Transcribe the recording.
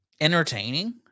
entertaining